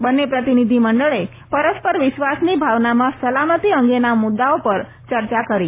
બંને પ્રતિનિધિમંડળે પરસ્પર વિશ્વાસની ભાવનામાં સલામતી અંગેના મુદ્દાઓ પર ચર્ચા કરો